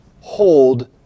hold